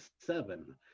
Seven